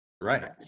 Right